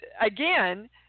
again